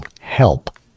help